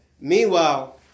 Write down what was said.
meanwhile